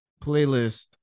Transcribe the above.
playlist